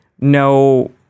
no